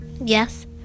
Yes